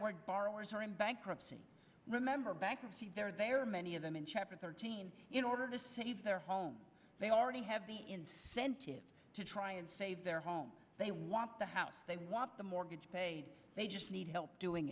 word borrowers who are in bankruptcy remember bankruptcy there they are many of them in chapter thirteen in order to save their home they already have the incentive to try and save their home they want the house they want the mortgage they just need help doing